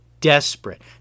desperate